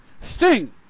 Sting